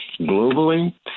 globally